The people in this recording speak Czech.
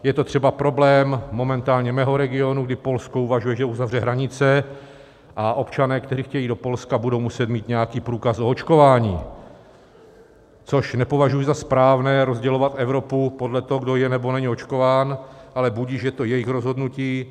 Je to třeba problém momentálně mého regionu, kdy Polsko uvažuje, že uzavře hranice, a občané, kteří chtějí do Polska, budou muset mít nějaký průkaz o očkování, což nepovažuji za správné, rozdělovat Evropu podle toho, kdo je nebo není očkován, ale budiž, je to jejich rozhodnutí.